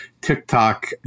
TikTok